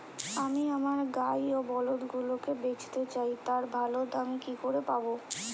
আমি আমার গাই ও বলদগুলিকে বেঁচতে চাই, তার ভালো দাম কি করে পাবো?